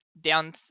Down